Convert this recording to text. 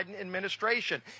administration